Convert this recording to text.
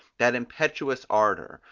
that impetuous ardour,